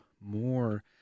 more